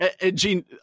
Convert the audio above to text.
Gene